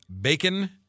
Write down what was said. bacon